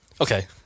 Okay